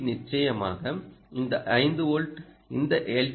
C நிச்சயமாக இந்த 5 volt இந்த எல்